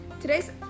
Today's